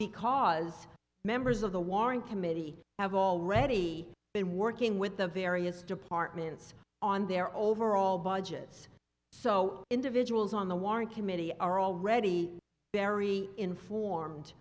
because members of the warren committee have already been working with the various departments on their overall budgets so individuals on the warren committee are already very informed